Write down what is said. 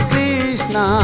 Krishna